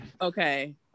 Okay